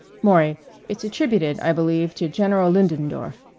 maury it's attributed, i believe, to general ludendorff.